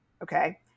Okay